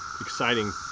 exciting